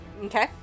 okay